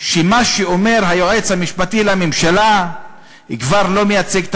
שמה שאומר היועץ המשפטי לממשלה כבר לא מייצג את